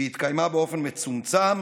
שהתקיימה באופן מצומצם,